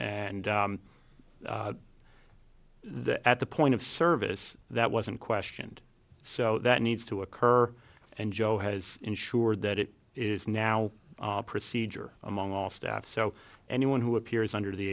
and the at the point of service that wasn't questioned so that needs to occur and joe has ensured that it is now procedure among all staff so anyone who appears under the